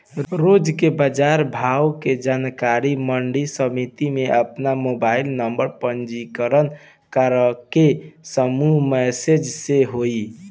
रोज के बाजार भाव के जानकारी मंडी समिति में आपन मोबाइल नंबर पंजीयन करके समूह मैसेज से होई?